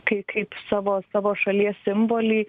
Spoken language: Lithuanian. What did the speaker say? kai kaip savo savo šalies simbolį